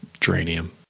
geranium